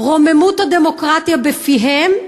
רוממות הדמוקרטיה בפיהם,